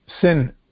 Sin